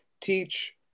teach